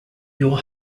your